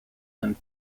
and